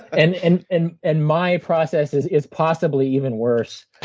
and and and and my process is is possibly even worse.